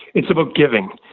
it's about giving.